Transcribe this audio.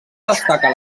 destaca